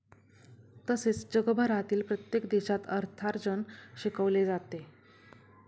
तसेच जगभरातील प्रत्येक देशात अर्थार्जन शिकवले जाते